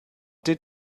did